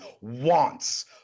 wants